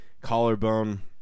collarbone